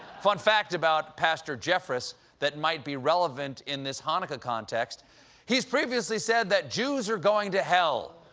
fun fact about pastor jeffress that might be relevant in this ah and context he's previously said that jews are going to hell.